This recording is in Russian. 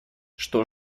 что